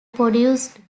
produced